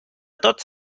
tots